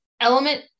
element